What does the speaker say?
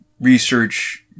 research